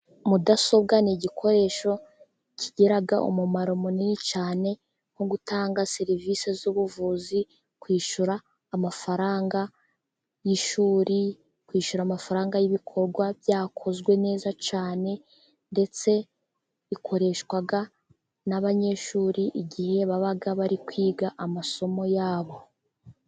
Mudasobwa ni igikoresho kigira umumaro munini cyane: nko gutanga serivisi z'ubuvuzi, kwishyura amafaranga y'ishuri, kwishyura amafaranga y'ibikorwa byakozwe neza cyane, ndetse ikoreshwa n'abanyeshuri igihe baba bari kwiga amasomo yabo.